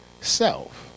self